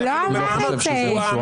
הוא לא אמר את זה.